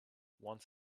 once